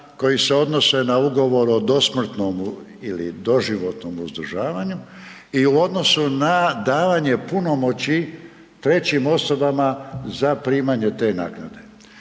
koje se odnose na ugovor o dosmrtnomu ili doživotnom uzdržavanju i u odnosu na davanje punomoći trećim osobama za primanje te naknade.